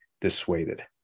dissuaded